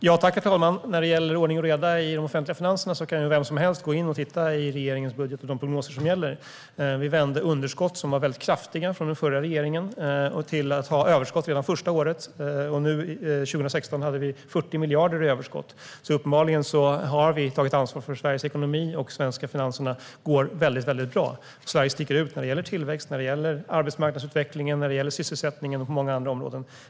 Herr talman! När det gäller ordning och reda i de offentliga finanserna kan vem som helst gå in och titta i regeringens budget på de prognoser som gäller. Vi vände underskott som var väldigt kraftiga under den förra regeringen till överskott redan första året. År 2016 hade vi 40 miljarder i överskott. Uppenbarligen har vi alltså tagit ansvar för Sveriges ekonomi. De svenska finanserna går väldigt bra. Sverige sticker ut när det gäller tillväxt, arbetsmarknadsutveckling, sysselsättning och många andra områden.